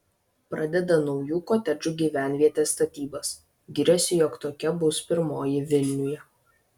pradeda naujų kotedžų gyvenvietės statybas giriasi jog tokia bus pirmoji vilniuje